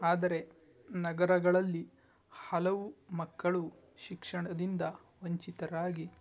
ಆದರೆ ನಗರಗಳಲ್ಲಿ ಹಲವು ಮಕ್ಕಳು ಶಿಕ್ಷಣದಿಂದ ವಂಚಿತರಾಗಿ